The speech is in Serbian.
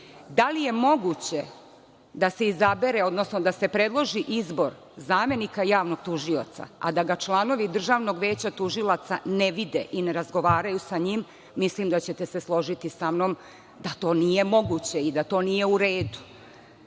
Da li je moguće da se izabere, odnosno da se predloži izbor zamenika Javnog tužioca, a da ga članovi Državnog veća tužilaca ne vide i ne razgovaraju sa njim, mislim da ćete se složiti samnom da to nije moguće i da to nije u redu. Sa